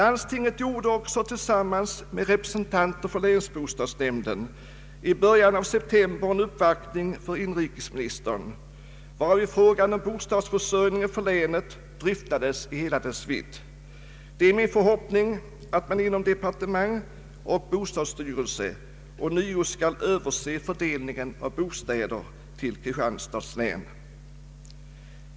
Landstinget gjorde också tillsammans med representanter för länsbostadsnämnden i början av september en uppvaktning för inrikes ministern, varvid frågan om bostadsförsörjningen för länet dryftades i hela dess vidd. Det är min förhoppning att man inom departementet och bostadsstyrelsen ånyo skall överse tilldelningen av bostäder till Kristianstads län.